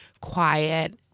quiet